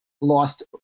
lost